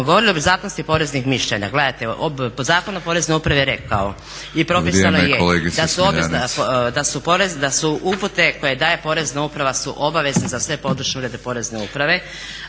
govorili o … mišljenja gledajte po Zakonu o Poreznoj upravi je rekao i propisao je da su upute koje daje Porezna uprava su obavezni za sve područne urede Porezne uprave,